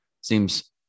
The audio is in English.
Seems